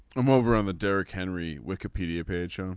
um over on the derrick henry wikipedia page. and